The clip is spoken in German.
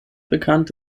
bekannt